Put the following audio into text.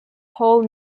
paul